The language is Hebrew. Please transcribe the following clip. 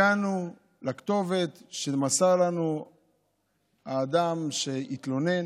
הגענו לכתובת שמסר לנו האדם שהתלונן